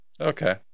Okay